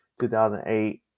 2008